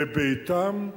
בביתם,